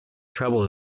trouble